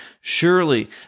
Surely